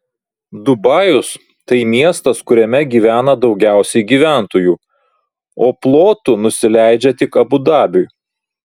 dubajus tai miestas kuriame gyvena daugiausiai gyventojų o plotu nusileidžia tik abu dabiui